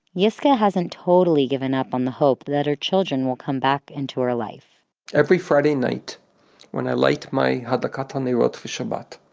yiscah hasn't totally given up on the hope that her children will come back into her life every friday night when i light my hadlakat ha'nerut for shabbat,